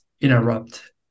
interrupt